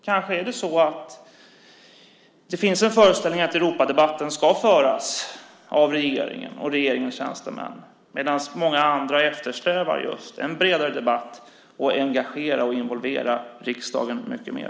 Kanske är det så att föreställningen finns att Europadebatten ska föras av regeringen och regeringens tjänstemän, medan många andra eftersträvar just en bredare debatt och att riksdagen engageras och involveras mycket mer.